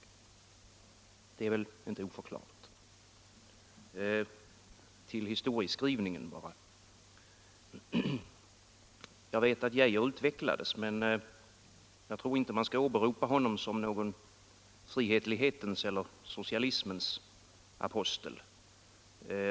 Det är väl inte oförklarligt. Till historieskrivningen bara: Jag vet att Erik Gustaf Geijer utvecklades, men jag tror inte man skall åberopa honom som någon frihetlighetens eller socialismens apostel.